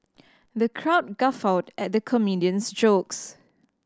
the crowd guffawed at the comedian's jokes